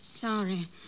sorry